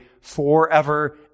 forever